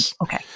Okay